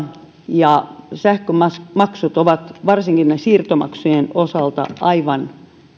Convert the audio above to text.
ja sähkömaksut ovat varsinkin siirtomaksujen osalta aivan